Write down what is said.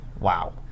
Wow